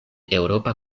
eŭropa